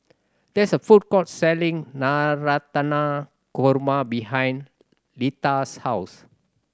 there is a food court selling Navratan Korma behind Leta's house